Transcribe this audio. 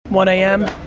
one a m.